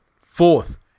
Fourth